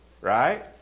Right